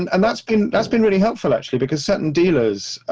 and that's been, that's been really helpful actually, because certain dealers